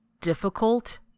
difficult